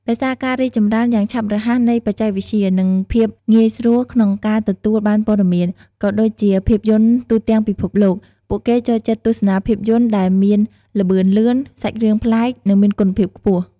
ដោយសារការរីកចម្រើនយ៉ាងឆាប់រហ័សនៃបច្ចេកវិទ្យា និងភាពងាយស្រួលក្នុងការទទួលបានព័ត៌មាន ក៏ដូចជាភាពយន្តទូទាំងពិភពលោក ពួកគេចូលចិត្តទស្សនាភាពយន្តដែលមានល្បឿនលឿន សាច់រឿងប្លែក និងមានគុណភាពខ្ពស់។